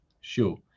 Sure